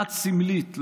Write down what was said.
כמעט סמלית,